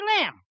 Lamb